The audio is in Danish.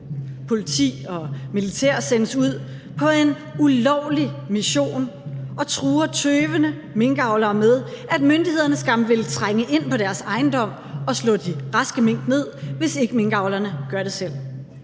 Politi og militær sendes ud på en ulovlig mission og truer tøvende minkavlere med, at myndighederne skam vil trænge ind på deres ejendom og slå de raske mink ned, hvis ikke minkavlerne gør det selv.